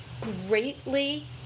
greatly